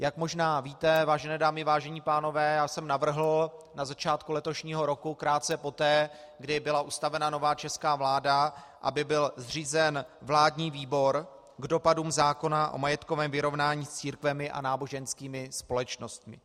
Jak možná víte, vážené dámy a vážení pánové, já jsem navrhl na začátku letošního roku, krátce poté, kdy byla ustavena nová česká vláda, aby byl zřízen vládní výbor k dopadům zákona o majetkovém vyrovnání s církvemi a náboženskými společnostmi.